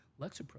Lexapro